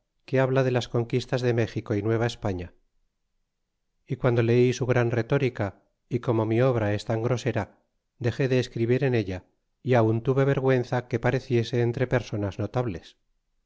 que habla de las conquistas de méxico y nueva españa y guando leí su gran retórica y como mi obra es tan grosera dexé de escribir en ella y aun tuve vergüenza que pareciese entre personas notables